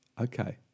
Okay